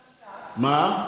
מה?